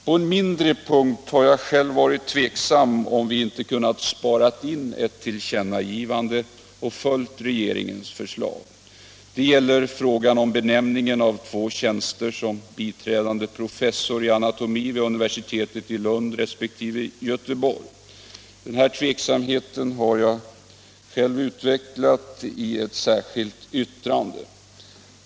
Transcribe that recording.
På en mindre punkt har jag själv varit tveksam: om vi inte hade kunnat spara in ett tillkännagivande och följa regeringens förslag. Det gäller frågan om benämningen av två tjänster som biträdande professor i anatomi vid universitetet i Lund resp. Göteborg. Denna tveksamhet har jag utvecklat i ett särskilt yttrande.